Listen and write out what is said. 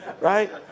Right